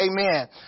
Amen